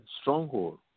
stronghold